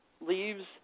leaves